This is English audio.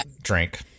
drink